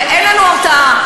ואין לנו הרתעה,